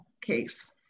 case